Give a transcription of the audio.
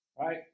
right